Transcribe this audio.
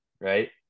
right